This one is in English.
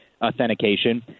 authentication